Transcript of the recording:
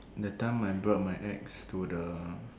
that time I brought my ex to the